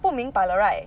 不明白了 right